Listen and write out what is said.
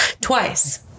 Twice